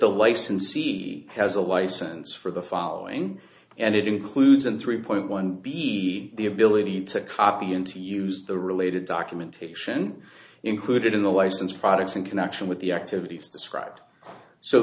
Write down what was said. the licensee has a license for the following and it includes in three point one the ability to copy and to use the related documentation included in the licensed products in connection with the activities described so